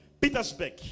Petersburg